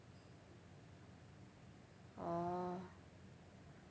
orh